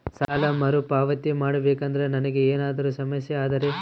ಸಾಲ ಮರುಪಾವತಿ ಮಾಡಬೇಕಂದ್ರ ನನಗೆ ಏನಾದರೂ ಸಮಸ್ಯೆ ಆದರೆ?